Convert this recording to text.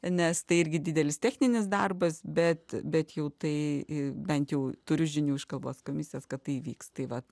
nes tai irgi didelis techninis darbas bet bet jau tai bent jau turiu žinių iš kalbos komisijos kad įvyks tai vat